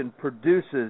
produces